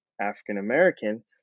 African-American